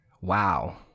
wow